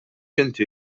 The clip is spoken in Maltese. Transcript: inti